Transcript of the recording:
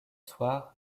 soir